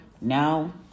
Now